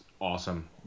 awesome